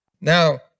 Now